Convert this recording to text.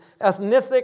ethnic